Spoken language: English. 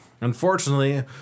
Unfortunately